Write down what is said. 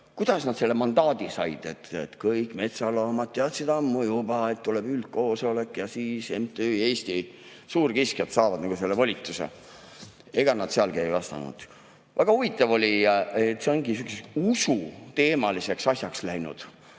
Suurkiskjad selle mandaadi sai. Kõik metsaloomad teadsid ammu juba, et tuleb üldkoosolek. Ja siis MTÜ Eesti Suurkiskjad said selle volituse. Ega nad sealgi ei vastanud. Väga huvitav on, et see ongi sihukeseks usuteemaliseks asjaks läinud.